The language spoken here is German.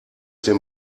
dem